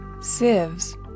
sieves